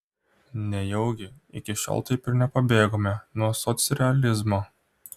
nejaugi iki šiol taip ir nepabėgome nuo socrealizmo